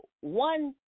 one